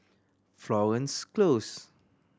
Florence Close